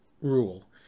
rule